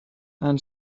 han